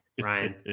Ryan